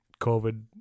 COVID